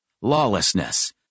lawlessness